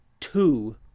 two